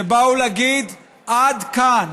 שבאו להגיד: עד כאן,